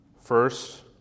first